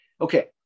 Okay